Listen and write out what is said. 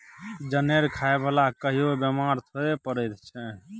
जनेर खाय बला कहियो बेमार थोड़े पड़ैत छै